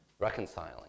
reconciling